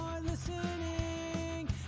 listening